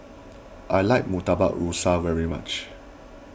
I like Murtabak Rusa very much